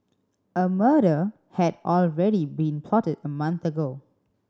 a murder had already been plotted a month ago